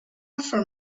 offer